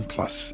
Plus